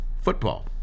football